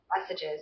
messages